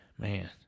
Man